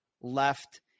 left